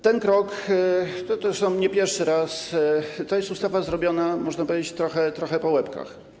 Ten krok - zresztą nie pierwszy raz - to jest ustawa zrobiona, można powiedzieć, trochę po łebkach.